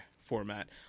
format